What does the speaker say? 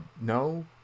no